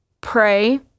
pray